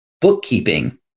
bookkeeping